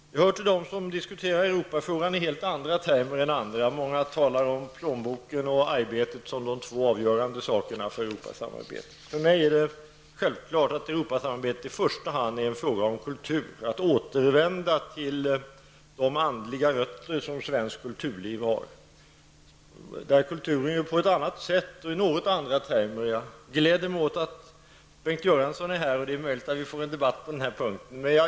Jag hör till dem som diskuterar Europafrågan i helt andra termer än de flesta andra. Många talar om plånboken och arbetet som de två avgörande sakerna för Europasamarbetet. För mig är det självklart att Europasamarbetet i första hand är en fråga om kultur, att återvända till de andliga rötter som svenskt kulturliv har. Jag gläder mig åt att Bengt Göransson är i kammaren, och det är möjligt att vi får en debatt på den här punkten.